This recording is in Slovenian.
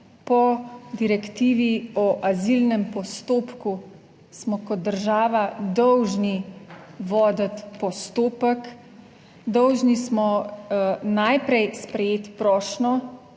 po Direktivi o azilnem postopku smo kot država dolžni voditi postopek, dolžni smo najprej sprejeti prošnjo,